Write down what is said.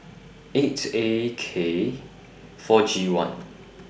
eight A K four G one